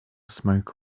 smoke